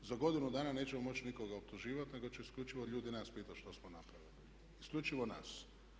Za godinu dana nećemo moći nikoga optuživati nego će isključivo ljudi nas pitati što smo napravili, isključivo nas.